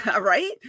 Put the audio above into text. right